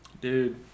Dude